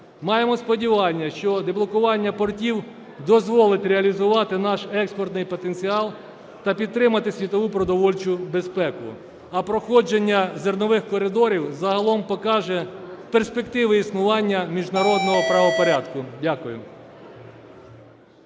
Маємо сподівання, що деблокування портів дозволить реалізувати наш експортний потенціал та підтримати світову продовольчу безпеку, а проходження зернових коридорів загалом покаже перспективи існування міжнародного правопорядку. Дякую.